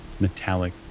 metallic